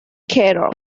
care